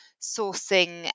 sourcing